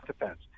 defense